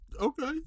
Okay